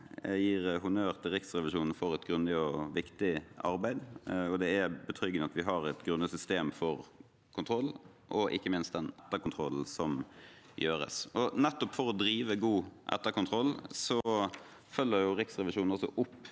jeg gir honnør til Riksrevisjonen for et grundig og viktig arbeid. Det er betryggende at vi har et grundig system for kontroll og ikke minst den etterkontrollen som gjøres. Nettopp for å drive god etterkontroll følger Riksrevisjonen også opp